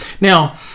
now